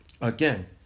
Again